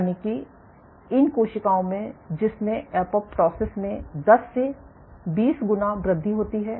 यानि कि इन कोशिकाओं में जिसमें एपोप्टोसिस में 10 20 गुना वृद्धि होती है